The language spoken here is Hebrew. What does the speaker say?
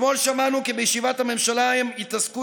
אתמול שמענו כי בישיבת הממשלה הם התעסקו